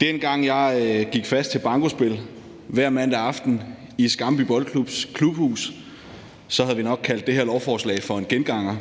dengang jeg gik fast til bankospil hver mandag aften i Skamby Boldklubs klubhus, havde vi nok kaldt det her lovforslag for en genganger.